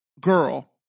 Girl